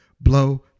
blow